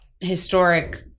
historic